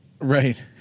Right